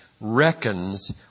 reckons